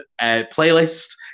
playlist